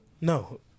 No